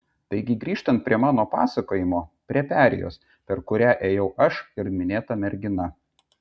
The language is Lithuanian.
taigi grįžtant prie mano pasakojimo prie perėjos per kurią ėjau aš ir minėta mergina